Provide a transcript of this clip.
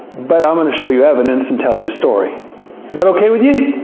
but i'm gonna show you evidence and tell you a story. is that okay with you?